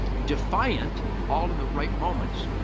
defiant, all in the right moments,